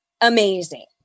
amazing